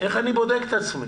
איך אני בודק את עצמי,